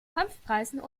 kampfpreisen